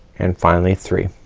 and finally three.